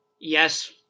Yes